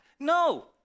No